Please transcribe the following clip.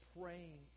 praying